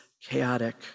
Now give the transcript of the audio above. chaotic